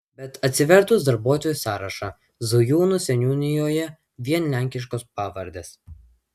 bet atsivertus darbuotojų sąrašą zujūnų seniūnijoje vien lenkiškos pavardes